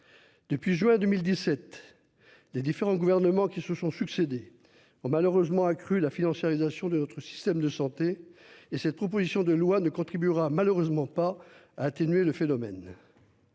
Depuis juin 2017. Des différents gouvernements qui se sont succédé ont malheureusement accru la financiarisation de notre système de santé et cette proposition de loi ne contribuera malheureusement pas à atténuer le phénomène.